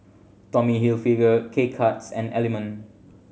Tommy Hilfiger K Cuts and Element